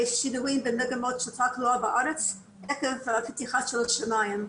שינויים במגמות של תחלואה בארץ עקב הפתיחה של השמים.